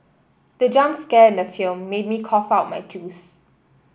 the jump scare in the film made me cough out my juice